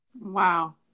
Wow